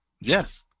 Yes